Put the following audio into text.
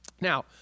Now